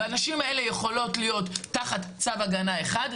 הנשים האלה יכולות להיות תחת צו הגנה אחד.